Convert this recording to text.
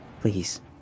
Please